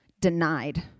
denied